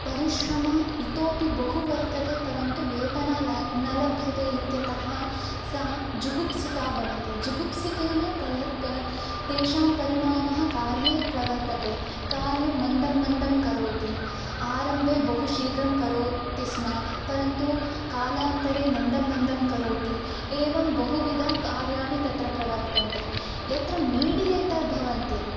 परिश्रमं इतोपि बहु वर्तते परन्तु वेतना न न लभ्यते इत्यतः सा जुगुप्सिता भवति जुगुप्सितेन तह् तह् तेषां परिणामः कार्ये प्रवर्तते कार्यं मन्दं मन्दं करोति आरम्भे बहु शीघ्रं करोति स्म परन्तु कालान्तरे मन्दं मन्दं करोति एवं बहुविध कार्याणि तत्र प्रवर्तन्ते यत्र मिडियेटर् भवन्ति